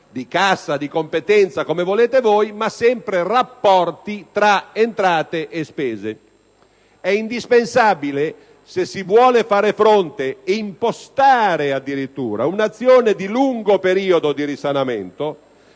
di cassa, di competenza, come volete - ma pur sempre rapporti tra entrate e spese. È indispensabile, se si vuole far fronte e impostare addirittura un'azione di lungo periodo di risanamento,